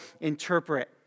interpret